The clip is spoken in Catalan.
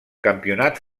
campionat